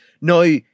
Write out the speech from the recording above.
Now